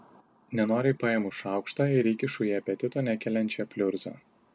nenoriai paimu šaukštą ir įkišu į apetito nekeliančią pliurzą